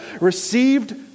received